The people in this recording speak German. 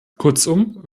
kurzum